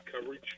coverage